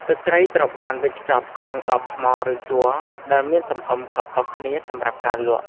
ទឹកត្រីត្រូវបានវេចខ្ចប់ក្នុង ដបថ្ម ឬជ័រដែលមានទំហំខុសៗគ្នាសម្រាប់ការលក់។